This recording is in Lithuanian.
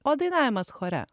o dainavimas chore